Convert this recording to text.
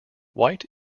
white